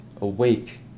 Awake